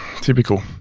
Typical